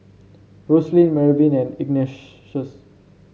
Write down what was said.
Roselyn Mervyn and Ignatius